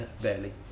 barely